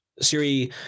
Siri